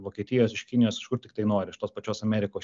vokietijos iš kinijos iš kur tiktai nori iš tos pačios amerikos